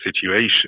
situation